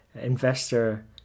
investor